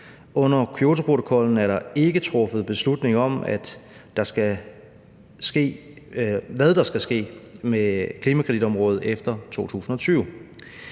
Under Kyotoprotokollen er der ikke truffet beslutning om, hvad der skal ske med klimakreditområdet efter 2020.